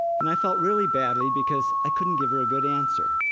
and i felt really badly, because i couldn't give her a good answer.